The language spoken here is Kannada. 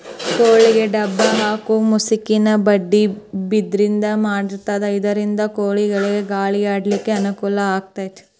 ಕೋಳಿಗೆ ಡಬ್ಬ ಹಾಕು ಮುಸುಕಿನ ಬುಟ್ಟಿ ಬಿದಿರಿಂದ ಮಾಡಿರ್ತಾರ ಇದರಿಂದ ಕೋಳಿಗಳಿಗ ಗಾಳಿ ಆಡ್ಲಿಕ್ಕೆ ಅನುಕೂಲ ಆಕ್ಕೆತಿ